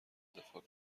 دفاع